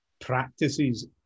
practices